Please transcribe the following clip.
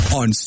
on